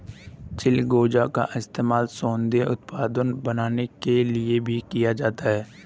चिलगोजा का इस्तेमाल सौन्दर्य उत्पादों को बनाने के लिए भी किया जाता है